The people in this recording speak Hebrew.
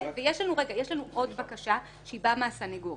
יש לנו עוד בקשה שבאה מהסניגוריה,